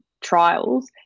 trials